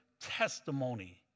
testimony